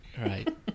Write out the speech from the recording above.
Right